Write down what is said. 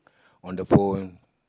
on the phone